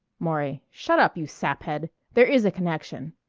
maury shut up, you saphead. there is a connection.